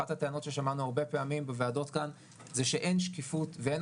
אחת הטענות ששמענו הרבה פעמים בוועדות כאן זה שאין שקיפות ואין